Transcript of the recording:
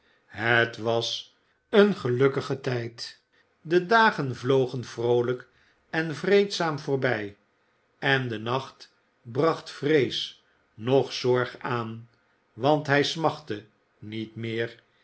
het was een gelukkige tijd de dagen vlogen vroolijk en vreedzaam voorbij en de nacht bracht vrees noch zorg aan want hij smachtte niet meer